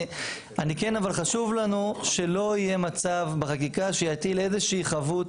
אבל חשוב לנו שלא יהיה מצב בחקיקה שיטיל איזה שהיא חבות